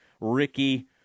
Ricky